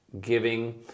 giving